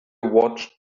watched